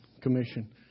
commission